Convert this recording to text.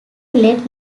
led